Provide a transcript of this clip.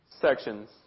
sections